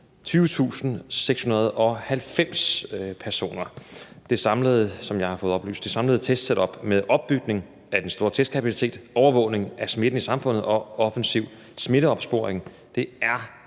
20.690 personer. Det samlede testsetup, som jeg har fået oplyst, med opbygning af den store testkapacitet, overvågning af smitten i samfundet og offensiv smitteopsporing er